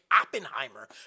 Oppenheimer